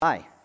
Hi